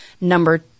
number